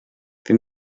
wir